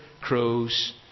crows